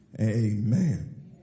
amen